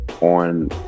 on